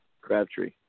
Crabtree